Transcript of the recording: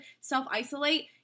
self-isolate